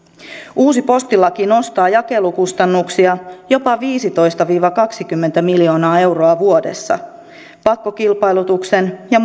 uusi postilaki nostaa jakelukustannuksia jopa viisitoista viiva kaksikymmentä miljoonaa euroa vuodessa muun muassa pakkokilpailutuksen ja